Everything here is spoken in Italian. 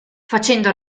facendo